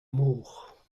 mor